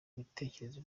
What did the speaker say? bitekerezo